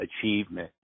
achievement